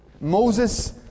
Moses